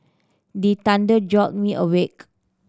the thunder jolt me awake